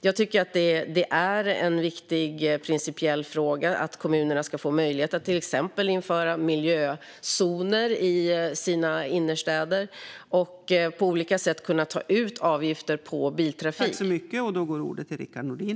Jag tycker att det är en viktig principiell fråga att kommunerna ska få möjlighet att till exempel införa miljözoner i sina innerstäder och att på olika sätt ta ut avgifter för biltrafik.